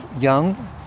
young